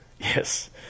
Yes